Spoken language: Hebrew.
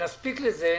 ושנספיק לזה,